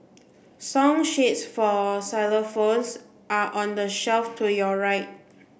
song sheets for xylophones are on the shelf to your right